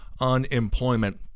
unemployment